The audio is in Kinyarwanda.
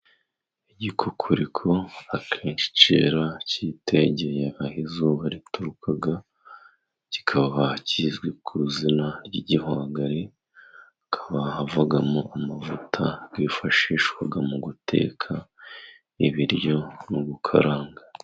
Igikukuri ko akenshi cyera kitegeye aho izuba rituruka kikaba kizwi ku izina ry'igihwagari hakaba havamo amavuta yifashishwa mu guteka ibiryo no gukaranga.